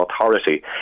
authority